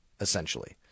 essentially